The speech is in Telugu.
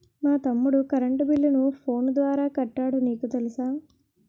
మా తమ్ముడు కరెంటు బిల్లును ఫోను ద్వారా కట్టాడు నీకు తెలుసా